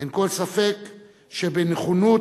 אין כל ספק שבנכונות,